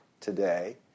today